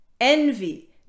Envy